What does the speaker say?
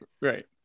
right